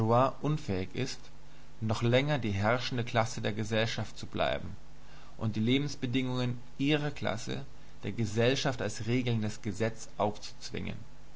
unfähig ist noch länger die herrschende klasse der gesellschaft zu bleiben und die lebensbedingungen ihrer klasse der gesellschaft als regelndes gesetz aufzuzwingen